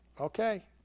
Okay